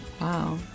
Wow